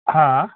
हाँ हाँ